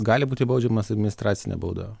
gali būti baudžiamas administracine bauda